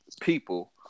people